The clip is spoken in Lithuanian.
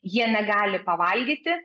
jie negali pavalgyti